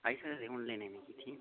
आई सकदे हून लेने मिकी इत्थें